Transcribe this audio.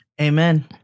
Amen